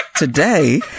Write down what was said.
Today